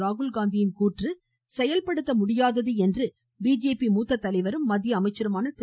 ராகுல்காந்தியின் கூற்று செயல்படுத்த முடியாதது என்று பிஜேபி மூத்த தலைவரும் மத்திய அமைச்சருமான திரு